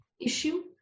issue